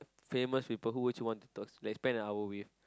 famous people who would you want to talk like spend an hour with